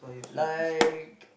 like